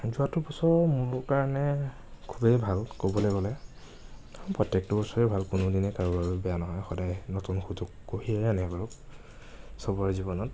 যোৱাটো বছৰ মোৰ কাৰণে খুবেই ভাল ক'বলৈ গ'লে প্ৰত্যেকটো বছৰে ভাল কোনোদিনে কাৰোঁ বাবে বেয়া নহয় সদায়ে নতুন সুযোগ কঢ়িয়াই আনে বাৰু চবৰে জীৱনত